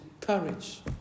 courage